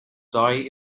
die